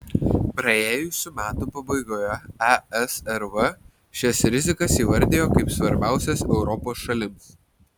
praėjusių metų pabaigoje esrv šias rizikas įvardijo kaip svarbiausias europos šalims